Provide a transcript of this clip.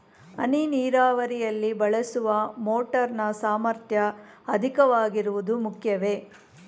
ಹನಿ ನೀರಾವರಿಯಲ್ಲಿ ಬಳಸುವ ಮೋಟಾರ್ ನ ಸಾಮರ್ಥ್ಯ ಅಧಿಕವಾಗಿರುವುದು ಮುಖ್ಯವೇ?